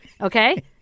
Okay